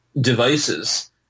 devices